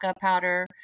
powder